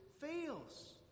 fails